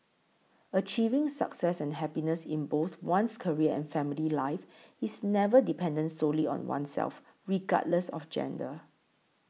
achieving success and happiness in both one's career and family life is never dependent solely on oneself regardless of gender